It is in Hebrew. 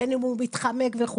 בין אם הוא מתחמק וכו',